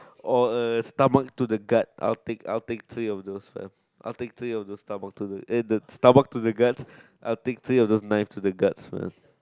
or a stomach to the gut I will take I will take three of those man I will take three of those stomach to the eh the stomach to the guts I will take three of the knife to the guts man